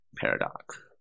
paradox